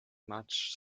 much